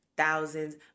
thousands